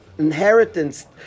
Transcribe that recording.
inheritance